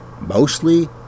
mostly